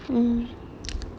mm